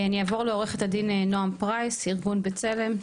אני אעבור לעורכת הדין נועם פרייס ארגון בצלם,